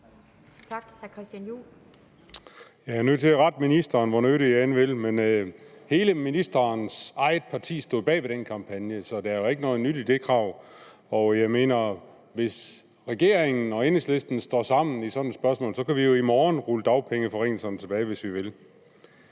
Jeg er nødt til at rette ministeren, hvor nødig jeg end vil. Hele ministerens eget parti stod bag den kampagne, så der er ikke noget nyt i det krav. Hvis regeringen og Enhedslisten står sammen i sådan et spørgsmål, kan vi jo i morgen rulle dagpengeforringelserne tilbage, hvis vi vil.